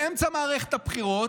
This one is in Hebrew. באמצע מערכת הבחירות,